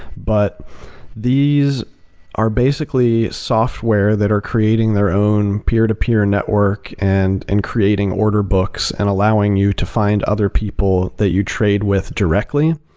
but these are basically software that are creating their own peer-to-peer network and and creating order books and allowing you to find other people that you trade with directly.